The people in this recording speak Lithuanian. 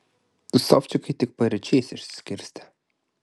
tūsovčikai tik paryčiais išsiskirstė